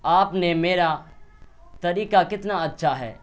آپ نے میرا طریقہ کتنا اچھا ہے